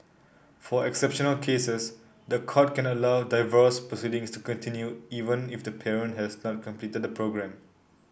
for exceptional cases the court can not allow divorce proceedings to continue even if the parent has not completed the programme